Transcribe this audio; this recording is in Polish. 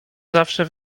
zawsze